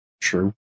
True